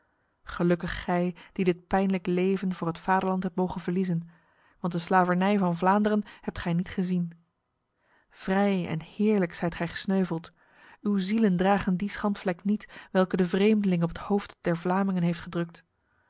gelukkig gij die dit pijnlijk leven voor het vaderland hebt mogen verliezen want de slavernij van vlaanderen hebt gij niet gezien vrij en heerlijk zijt gij gesneuveld uw zielen dragen die schandvlek niet welke de vreemdeling op het hoofd der vlamingen heeft gedrukt